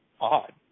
odd